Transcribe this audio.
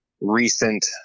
recent